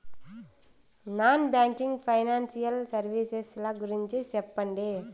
Non banking financial services ల గురించి సెప్పండి?